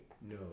no